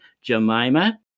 Jemima